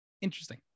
interesting